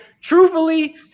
truthfully